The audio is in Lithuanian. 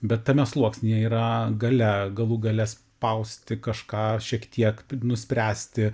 bet tame sluoksnyje yra gale galų gale spausti kažką šiek tiek p nuspręsti